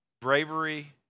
bravery